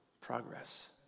progress